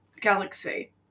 Galaxy